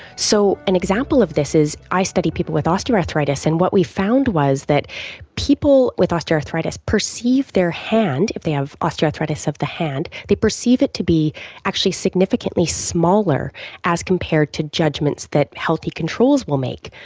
so an example of this is i study people with osteoarthritis, and what we found was that people with osteoarthritis perceive their hand, if they have osteoarthritis of the hand, they perceive it to be actually significantly smaller as compared to judgements that healthy controls will make.